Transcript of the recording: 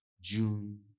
June